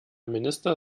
minister